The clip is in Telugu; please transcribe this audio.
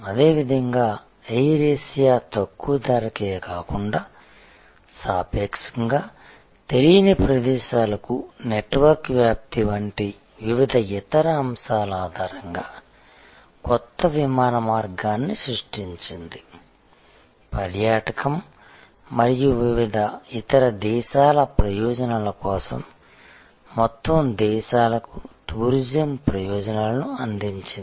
అదేవిధంగా ఎయిర్ ఏషియా తక్కువ ధరకే కాకుండా సాపేక్షంగా తెలియని ప్రదేశాలకు నెట్వర్క్ వ్యాప్తి వంటి వివిధ ఇతర అంశాల ఆధారంగా కొత్త విమాన మార్గాన్ని సృష్టించింది పర్యాటకం మరియు వివిధ ఇతర దేశాల ప్రయోజనాల కోసం మొత్తం దేశాలకు టూరిజం ప్రయోజనాలను అందించింది